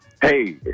Hey